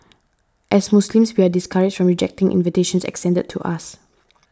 as Muslims we are discouraged from rejecting invitations extended to us